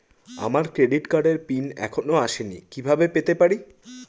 আমার ক্রেডিট কার্ডের পিন এখনো আসেনি কিভাবে পেতে পারি?